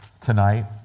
tonight